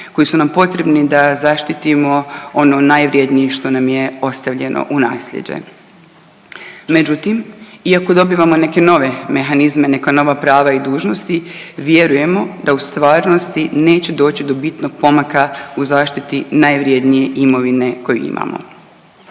koji su nam potrebni da zaštitimo ono najvrijednije što nam je ostavljeno u naslijeđe. Međutim, iako dobivamo neke nove mehanizme, neka nova prava i dužnosti vjerujemo da u stvarnosti neće doći do bitnog pomaka u zaštiti najvrijednije imovine koju imamo.